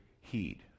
heed